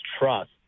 trust